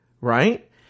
Right